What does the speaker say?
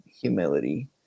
humility